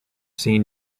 seen